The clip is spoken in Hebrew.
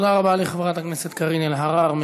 תודה לחברת הכנסת קארין אלהרר.